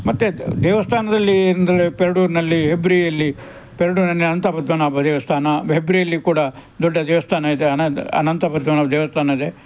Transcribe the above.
ಮತ್ತು ದೇವಸ್ಥಾನದಲ್ಲಿ ಅಂದರೆ ಪೆರ್ಡೂರಿನಲ್ಲಿ ಹೆಬ್ರಿಯಲ್ಲಿ ಪೆರ್ಡೂರಿನ ಅನಂತ ಪದ್ಮನಾಭ ದೇವಸ್ಥಾನ ಬ ಹೆಬ್ರಿಯಲ್ಲಿ ಕೂಡ ದೊಡ್ಡ ದೇವಸ್ಥಾನ ಇದೆ ಅನ ಅನಂತ ಪದ್ಮನಾಭ ದೇವಸ್ಥಾನ ಇದೆ